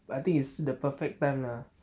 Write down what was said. but I think it's the perfect time ah